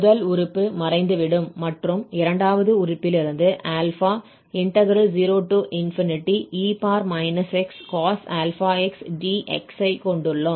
முதல் உறுப்பு மறைந்துவிடும் மற்றும் இரண்டாவது உறுப்பிலிருந்து 0e x cos∝x dx ஐ கொண்டுள்ளோம்